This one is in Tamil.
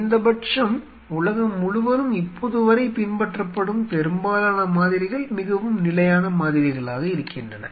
குறைந்தபட்சம் உலகம் முழுவதும் இப்போதுவரை பின்பற்றப்படும் பெரும்பாலான மாதிரிகள் மிகவும் நிலையான மாதிரிகளாக இருக்கின்றன